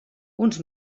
uns